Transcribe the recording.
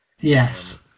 yes